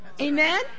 Amen